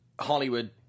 Hollywood